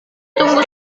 tunggu